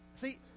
See